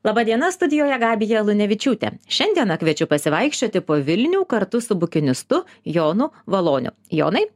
laba diena studijoje gabija lunevičiūtė šiandieną kviečiu pasivaikščioti po vilnių kartu su bukinistu jonu valoniu jonai